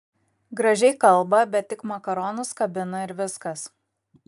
gražiai kalba bet tik makaronus kabina ir viskas